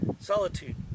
Solitude